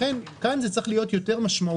לכן כאן ההטבה צריכה להיות יותר משמעותית